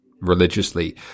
religiously